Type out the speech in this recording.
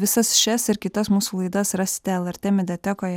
visas šias ir kitas mūsų laidas rasite lrt mediatekoje